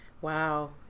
Wow